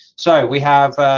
so, we have,